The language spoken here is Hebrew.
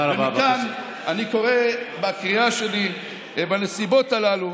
מכאן אני קורא בקריאה שלי ובנסיבות הללו,